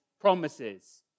promises